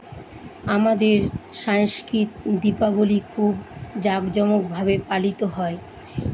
আমাদের সাংস্কৃতিক দীপাবলি খুব জাঁকজমকভাবে পালিত হয়